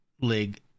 league